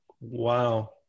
Wow